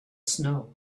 snow